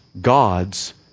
God's